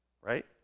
right